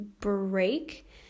break